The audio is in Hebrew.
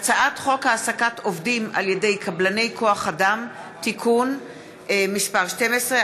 הצעת חוק העסקת עובדים על ידי קבלני כוח אדם (תיקון מס' 12),